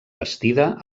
bastida